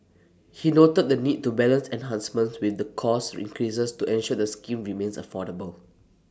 he noted the need to balance enhancements with the cost increases to ensure the scheme remains affordable